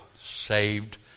saved